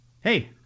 hey